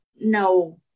no